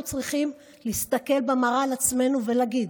אנחנו צריכים להסתכל במראה על עצמנו ולהגיד,